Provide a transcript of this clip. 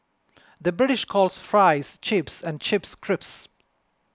the British calls Fries Chips and Chips Crisps